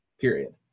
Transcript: period